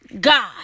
God